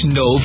no